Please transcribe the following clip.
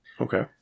okay